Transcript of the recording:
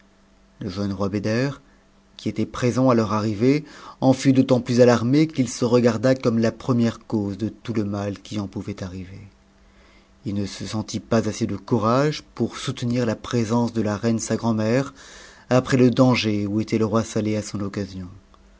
le jeune roi beder qui était présent a leur arrivée en fut d'autant plus alarmé qu'il se regarda comme la première cause de tout le mal qui en pouvait arriver h ne se sentit pas assez de courage pour soutenir la présence de la reine sa grand'mët'c après e danger où était le roi saleh à son occasion